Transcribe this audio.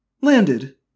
Landed